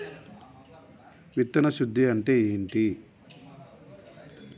విత్తన శుద్ధి అంటే ఏంటి?